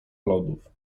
lodów